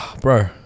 bro